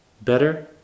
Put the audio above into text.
Better